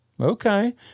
Okay